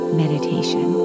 meditation